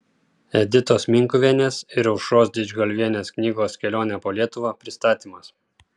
editos minkuvienės ir aušros didžgalvienės knygos kelionė po lietuvą pristatymas